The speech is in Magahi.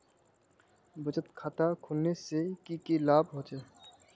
बचत खाता खोलने से की की लाभ होचे?